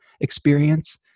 experience